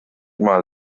mal